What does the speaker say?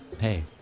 Hey